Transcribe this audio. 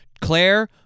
Claire